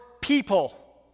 people